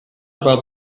about